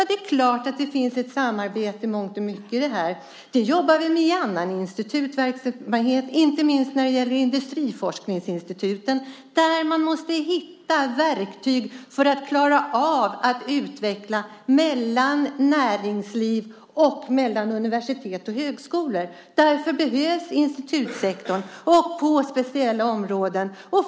Det är klart att här finns ett samarbete i mångt och mycket. Det jobbar vi med i annan institutsverksamhet, inte minst när det gäller industriforskningsinstituten. Vi måste hitta verktyg för att klara av att utveckla detta samarbete mellan näringsliv och universitet och högskolor. Därför behövs institutssektorn på speciella områden.